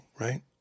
right